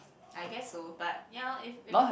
I guess so but ya lor if if